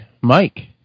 Mike